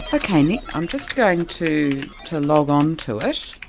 ok nick, i'm just going to to log on to it,